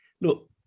look